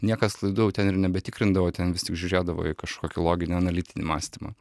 niekas klaidų jau ten ir nebetikrindavo ten vis tik žiūrėdavo į kažkokį loginį analitinį mąstymą